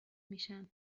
میشن